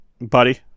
Buddy